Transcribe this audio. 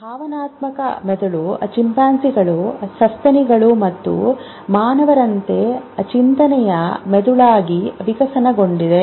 ಭಾವನಾತ್ಮಕ ಮೆದುಳು ಚಿಂಪಾಂಜಿಗಳು ಸಸ್ತನಿಗಳು ಮತ್ತು ಮಾನವರಂತೆ ಚಿಂತನೆಯ ಮೆದುಳಾಗಿ ವಿಕಸನಗೊಂಡಿದೆ